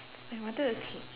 I wanted to teach